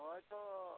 ᱦᱳᱭ ᱛᱚ